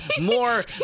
more